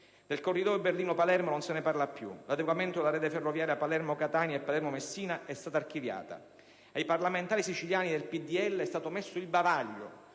Del corridoio Berlino-Palermo non si parla più; l'adeguamento della rete ferroviaria Palermo-Catania e Palermo-Messina è stato archiviato ed ai parlamentari siciliani del PdL è stato messo il bavaglio